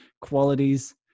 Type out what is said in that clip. qualities